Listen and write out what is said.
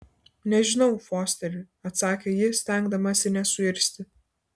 nežinau fosteri atsakė ji stengdamasi nesuirzti